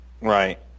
Right